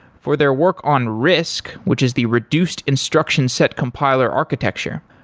for their work on risc, which is the reduced instruction set compiler architecture.